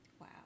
Wow